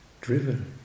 driven